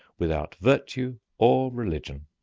without virtue or religion.